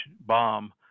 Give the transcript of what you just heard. bomb